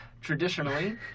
traditionally